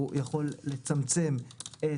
הוא יכול לצמצם את